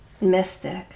mystic